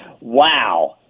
Wow